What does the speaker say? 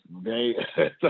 Okay